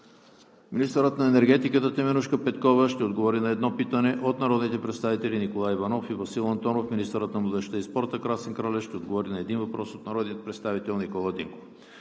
Министърът на енергетиката Теменужка Петкова ще отговори на едно питане от народните представители Николай Иванов и Васил Антонов. 11. Министърът на младежта и спорта Красен Кралев ще отговори на един въпрос от народния представител Никола Динков.